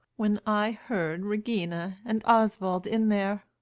when i heard regina and oswald in there,